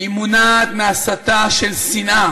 מוּנעת מהסתה של שנאה